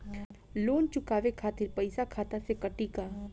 Loan चुकावे खातिर पईसा खाता से कटी का?